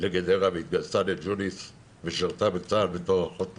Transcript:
לגדרה והתגייסה לג'וליס ושירתה בצה"ל בתור אחות מוסמכת.